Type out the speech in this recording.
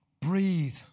breathe